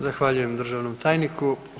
Zahvaljujem državnom tajniku.